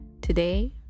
Today